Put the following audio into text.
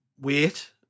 wait